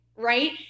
Right